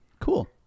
Cool